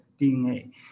DNA